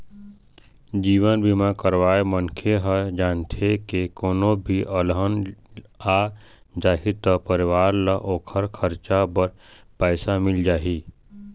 जीवन बीमा करवाए मनखे ह जानथे के कोनो भी अलहन आ जाही त परिवार ल ओखर खरचा बर पइसा मिल जाही